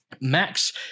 Max